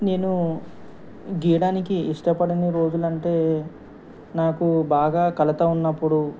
నేను గీయడానికి ఇష్టపడని రోజులు అంటే నాకు బాగా కలత ఉన్నప్పుడు